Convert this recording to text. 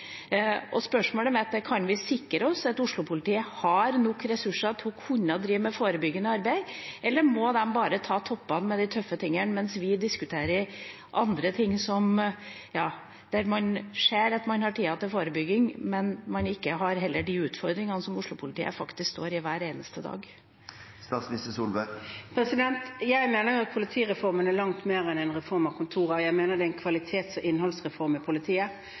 Og spørsmålet mitt er: Kan vi sikre oss at Oslo-politiet har nok ressurser til å kunne drive med forebyggende arbeid? Eller må de bare ta toppene med de tøffe tingene, mens vi diskuterer andre ting, f.eks. der man ser at man har tid til forebygging, men man har heller ikke de utfordringene som Oslo-politiet står i hver eneste dag? Jeg mener at politireformen er langt mer enn en reform av kontorer; jeg mener det er en kvalitets- og innholdsreform i politiet.